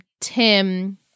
Tim